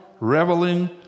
reveling